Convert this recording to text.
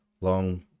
long